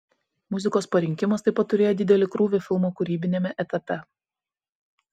muzikos parinkimas taip pat turėjo didelį krūvį filmo kūrybiniame etape